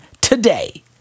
today